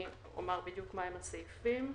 אני אומר בדיוק מה הם הסעיפים.